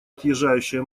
отъезжающая